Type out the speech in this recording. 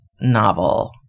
novel